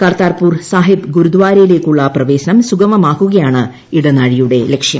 കർതാർപൂർ സാഹിബ് ഗുരുദാരയിലേക്കുളള പ്രവേശനം സുഗമമാക്കുകയാണ് ഇടനാഴിയുടെ ലക്ഷ്യം